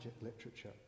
literature